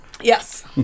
yes